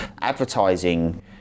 advertising